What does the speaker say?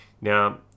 Now